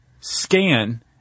scan